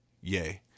yay